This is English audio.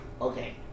Okay